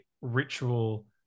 ritual